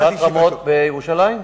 שכונת רמות בירושלים?